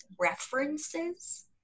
references